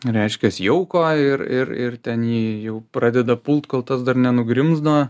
reiškias jauko ir ir ir ten jį jau pradeda pult kol tas dar nenugrimzdo